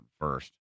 first